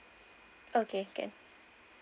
okay can